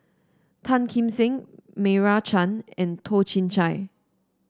Tan Kim Seng Meira Chand and Toh Chin Chye